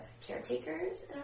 caretakers